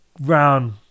round